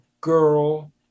girl